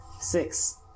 Six